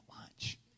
lunch